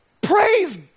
Praise